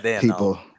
people